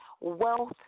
wealth